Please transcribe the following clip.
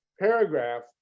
paragraph